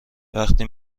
وقتی